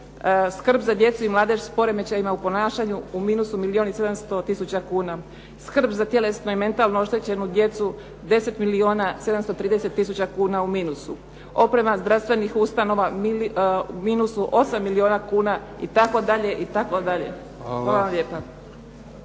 skrb za djecu i mladež s poremećajima u ponašanju u minusu milijun i 700 tisuća kuna, skrb za tjelesno i mentalno oštećenu djecu 10 milijuna 730 tisuća kuna u minusu, oprema zdravstvenih ustanova u minusu 8 milijuna itd.